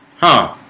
huh?